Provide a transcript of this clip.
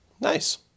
Nice